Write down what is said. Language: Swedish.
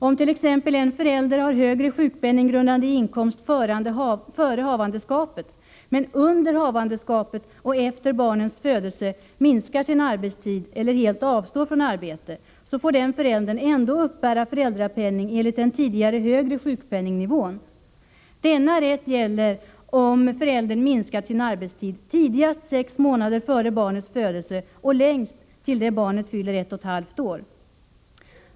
Om t.ex. en förälder har högre sjukpenninggrundande inkomst före havandeskapet än efter, t.ex. om föräldern under havandeskapet eller efter barnets födelse minskar sin arbetstid eller helt avstår från arbete, får den föräldrern ändå uppbära föräldrapenning enligt den tidigare högre sjukpenningnivån. Denna rätt gäller om föräldern minskat sin arbetstid tidigast sex månader före barnets födelse och längst till det barnet fyller ett och ett halvt år.